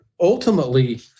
ultimately